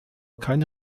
keine